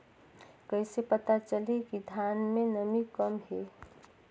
कइसे पता चलही कि धान मे नमी कम हे?